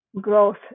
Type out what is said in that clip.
growth